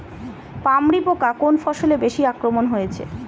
পামরি পোকা কোন ফসলে বেশি আক্রমণ হয়েছে?